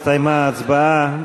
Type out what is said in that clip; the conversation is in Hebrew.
הסתיימה ההצבעה,